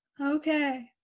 okay